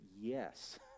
Yes